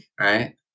right